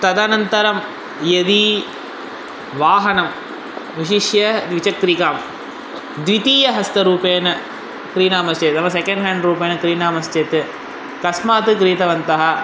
तदनन्तरं यदि वाहनं विशिष्य द्विचक्रिकां द्वितीय हस्त रूपेण क्रीणामश्चेत् नाम सेकेण्ड् हाण्ड् रूपेण क्रीणामश्चेत् कस्मात् क्रीतवन्तः